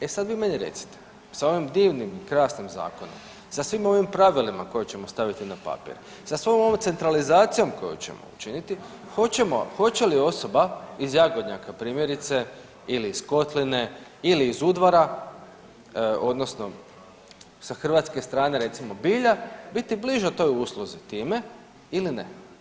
E sad vi meni recite, sa ovim divnim i krasnim zakonima, sa svim ovim pravilima koje ćemo staviti na papir, sa svom ovom centralizacijom koju ćemo učiniti, hoće li osoba iz Jagodnjaka primjerice ili iz Kotline ili iz Udvara odnosno sa hrvatske strane recimo Bilja biti bliže toj usluzi time ili ne?